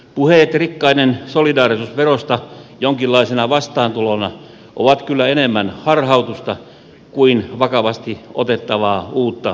puheet rikkaiden solidaarisuusverosta jonkinlaisena vastaantulona ovat kyllä enemmän harhautusta kuin vakavasti otettavaa uutta tulonjakoa